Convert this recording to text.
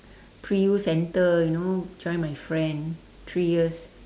pre U center join my friend three years